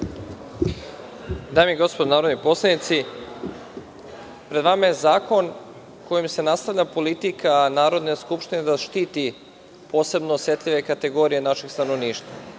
Dame i gospodo narodni poslanici, pred vama je zakon kojim se nastavlja politika Narodne skupštine da štiti posebno osetljive kategorije našeg stanovništva.